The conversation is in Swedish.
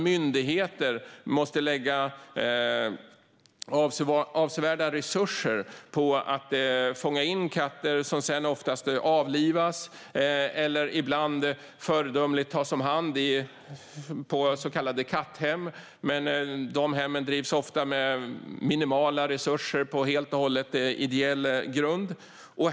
Myndigheterna måste lägga avsevärda resurser på att fånga in katter som sedan avlivas eller som föredömligt tas om hand av så kallade katthem. Men katthemmen drivs ofta med minimala resurser på helt och hållet ideell grund.